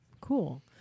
Cool